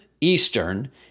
Eastern